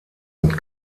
und